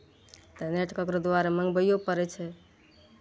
तऽ नेट ककरो दुआरे मङ्गबैओ पड़ै छै